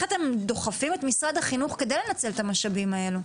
דוחפים את משרד החינוך כדי לנצל את המשאבים האלה?